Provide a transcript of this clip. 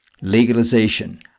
legalization